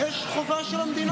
יש חובה של המדינה,